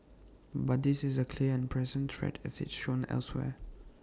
but this is A clear and present threat as it's shown elsewhere